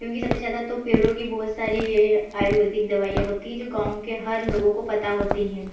क्योंकि सबसे ज़्यादा तो पेड़ों की बहुत सारी आयुर्वेदिक दवाइयाँ होती हैं जो गाँव के हर लोगों को पता होती हैं